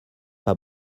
pas